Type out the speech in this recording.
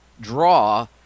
draw